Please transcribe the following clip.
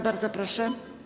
Bardzo proszę.